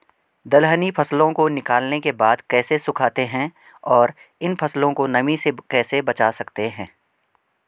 दलहनी फसलों को निकालने के बाद कैसे सुखाते हैं और इन फसलों को नमी से कैसे बचा सकते हैं?